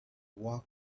walked